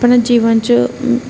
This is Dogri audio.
अपने जीवन च